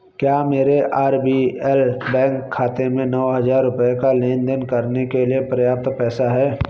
क्या मेरे R B L bank खाते में नौ हज़ार रुपये का लेनदेन करने के लिए पर्याप्त पैसा है